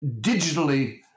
digitally